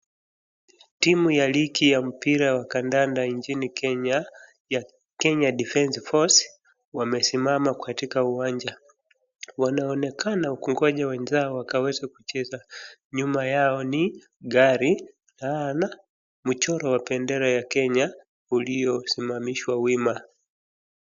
Timu ya ligi ya mpira wa kandanda nchini Kenya ya Kenya Defence Force wamesimama katika uwanja. Wanaonekana kungoja wenzao wakaweze kucheza. Nyuma yao ni gari na mchoro wa bendera ya Kenya uliosimamishwa wima.